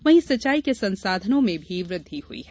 वही सिंचाई के संसाधनों में भी वृद्धि हुई है